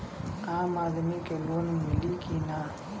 आम आदमी के लोन मिली कि ना?